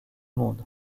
monde